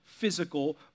physical